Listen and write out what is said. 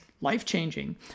life-changing